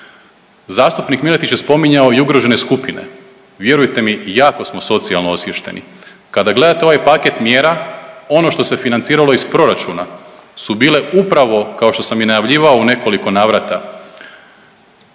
Zastupnik Miletić je spominjao i ugrožene skupine. Vjerujte mi jako smo socijalno osviješteni. Kada gledate ovaj paket mjera ono što se financiralo iz proračuna su bile upravo kao što sam i najavljivao u nekoliko navrata